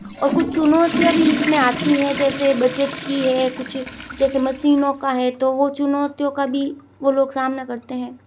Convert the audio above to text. और कुछ चुनौतीयाँ अभी इस में आती हैं जैसे बजट की है कुछ जैसे मसीनों का है तो वो चुनौतियों का भी वो लोग सामना करते हैं